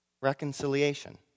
Reconciliation